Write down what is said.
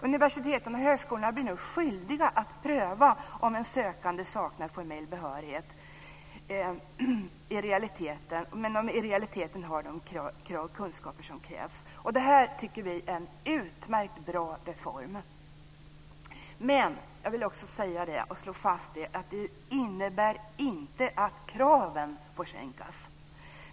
Universiteten och högskolorna blir nu skyldiga att pröva om en sökande som saknar formell behörighet i realiteten har de kunskaper som krävs. Det tycker vi är en utmärkt bra reform. Men det innebär inte - det vill jag slå fast - att kraven får sänkas.